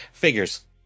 figures